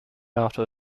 after